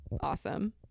Awesome